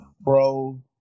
bro